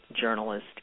journalist